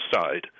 side